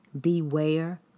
Beware